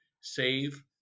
save